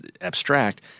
abstract